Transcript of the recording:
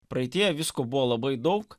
praeityje visko buvo labai daug